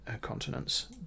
continents